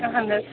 اَہَن حظ